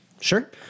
Sure